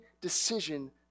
decision